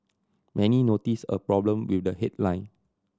many noticed a problem with the headline